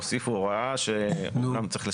למי שיש לנו את הדואר האלקטרוני שלו אנחנו שולחים גם לדואר